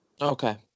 Okay